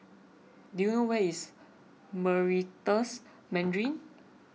do you where is Meritus Mandarin